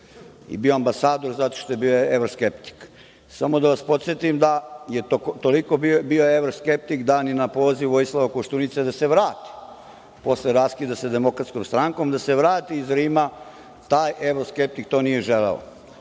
bio je ambasador zato što je bio evroskeptik. Samo da vas podsetim da je toliko bio evroskeptik da ni na poziv Vojislava Koštunice da se vrati posle raskida da DS, da se vrati iz Rima, taj evroskeptik nije želeo.